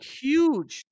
huge